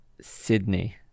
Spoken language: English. Sydney